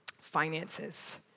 finances